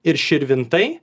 ir širvintai